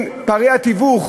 פערי התיווך,